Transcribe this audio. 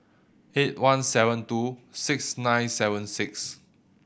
eight one seven two six nine seven six